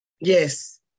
Yes